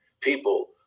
people